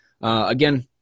Again